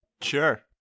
Sure